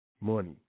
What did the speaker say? Money